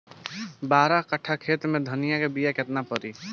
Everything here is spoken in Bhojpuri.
बारह कट्ठाखेत में धनिया के बीया केतना परी?